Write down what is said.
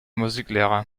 musiklehrer